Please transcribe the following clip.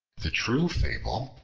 the true fable,